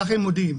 ככה הם מודיעים.